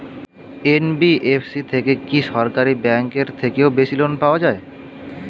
NBFC থেকে কি সরকারি ব্যাংক এর থেকেও বেশি লোন পাওয়া যায়?